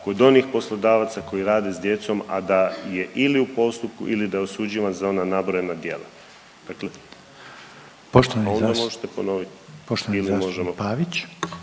kod onih poslodavaca koji rade s djecom, a da je ili u postupku ili da je osuđivan za ona nabrojena djela. Dakle, a onda možete ponovit